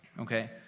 okay